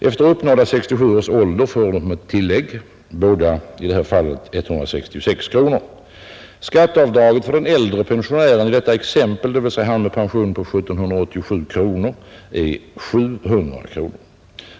Efter uppnådda 67 års ålder får de ett tillägg, lika stort för dem båda, nämligen 166 kronor. Skatteavdraget för den äldre pensionären i detta exempel, den som har en pension på 1 787 kronor, utgör 700 kronor.